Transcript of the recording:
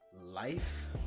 life